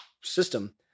system